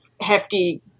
hefty